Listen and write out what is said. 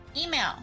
Email